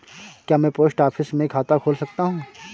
क्या मैं post office में खाता खोल सकता हूँ?